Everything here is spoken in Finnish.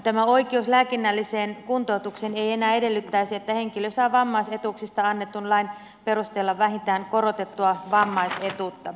tämä oikeus lääkinnälliseen kuntoutukseen ei enää edellyttäisi että henkilö saa vammaisetuuksista annetun lain perusteella vähin tään korotettua vammaisetuutta